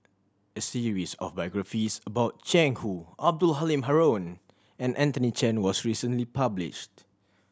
a series of biographies about Jiang Hu Abdul Halim Haron and Anthony Chen was recently published